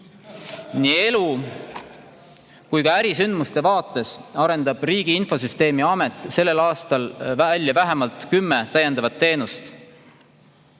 Nii elu kui ka ärisündmuste vaates arendab Riigi Infosüsteemi Amet sel aastal välja vähemalt kümme täiendavat teenust